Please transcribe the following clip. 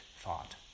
thought